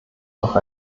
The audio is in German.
noch